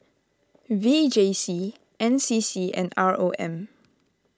V J C N C C and R O M